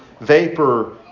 vapor